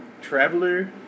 traveler